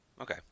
okay